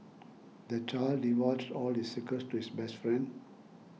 the child divulged all his secrets to his best friend